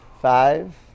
Five